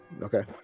Okay